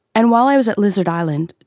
and while i was at lizard island,